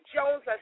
Jones